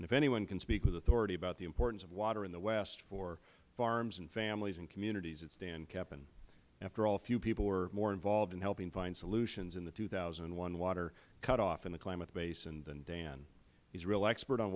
and if anyone can speak with authority about the importance of water in the west for farms and families and communities it is dan keppen after all few people were more involved in helping find solutions in the two thousand and one water cutoff in the klamath basin than dan he is a real expert on